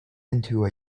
into